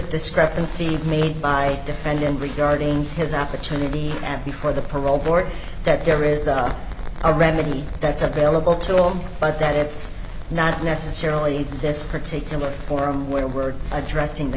discrepancy made by defendant regarding his opportunity and before the parole board that there is a remedy that's available to him but that's not necessarily this particular forum where we're addressing the